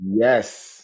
Yes